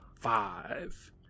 five